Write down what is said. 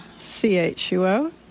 chuo